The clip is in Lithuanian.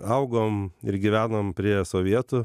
augom ir gyvenom prie sovietų